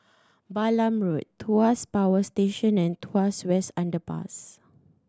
Balam Road Tuas Power Station and Tuas West Underpass